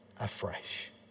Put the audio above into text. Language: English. afresh